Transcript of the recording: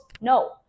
No